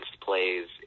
plays